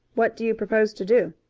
what do you propose to do?